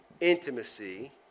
intimacy